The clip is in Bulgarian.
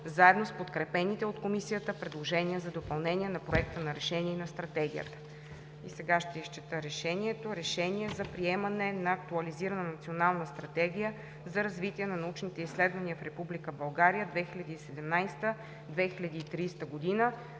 заедно с подкрепените от Комисията предложения за допълнение на Проекта на решение и на Стратегията.“ Сега ще изчета Решението: „РЕШЕНИЕ за приемане на актуализирана Национална стратегия за развитие на научните изследвания в Република